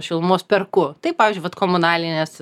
šilumos perku tai pavyzdžiui vat komunalinės